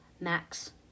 Max